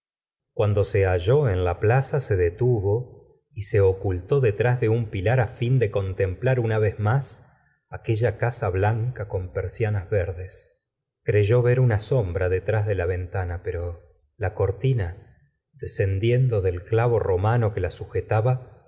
cuando se halló en la plaza se detuvo y se ocultó detreis de un pilar fin de contemplar una vez más aquella casa blanca con persianas verdes cretomo gustavo flaubert y ver una sombra detrás de la ventana pero la cortina descendiendo del clavo romano que la sujetaba